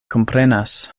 komprenas